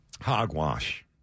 Hogwash